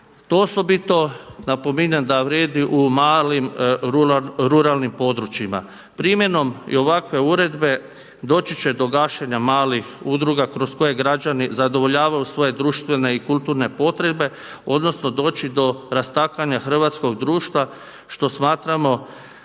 To osobito napominjem da vrijedi u malim ruralnim područjima. Primjenom i ovakve uredbe doći će do gašenja malih udruga kroz koje građani zadovoljavaju svoje društvene i kulturne potrebe, odnosno doći do rastakanja hrvatskog društva što smatramo